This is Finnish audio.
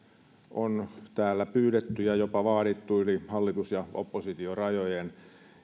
on täällä pyydetty ja jopa vaadittu yli hallitus ja oppositiorajojen